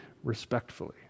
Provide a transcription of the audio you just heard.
respectfully